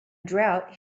drought